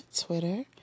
Twitter